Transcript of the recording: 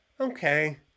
okay